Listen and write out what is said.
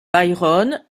byron